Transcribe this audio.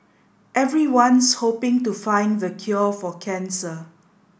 everyone's hoping to find the cure for cancer